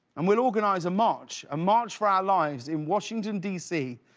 um will organize a march ah march for our lives in washington d c.